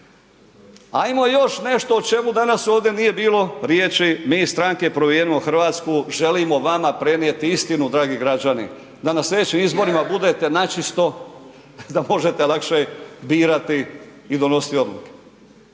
Ajmo još nešto o čemu danas ovdje nije bilo riječi, mi iz stranke Promijenimo Hrvatsku želimo vama prenijeti istinu, dragi građani, da na slijedećim izborima budete načisto da možete lakše birati i donositi odluke.